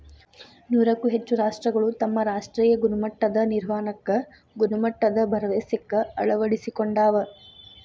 ನೂರಕ್ಕೂ ಹೆಚ್ಚ ರಾಷ್ಟ್ರಗಳು ತಮ್ಮ ರಾಷ್ಟ್ರೇಯ ಗುಣಮಟ್ಟದ ನಿರ್ವಹಣಾಕ್ಕ ಗುಣಮಟ್ಟದ ಭರವಸೆಕ್ಕ ಅಳವಡಿಸಿಕೊಂಡಾವ